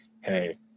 hey